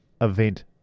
event